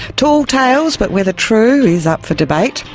tall tales, but whether true is up for debate.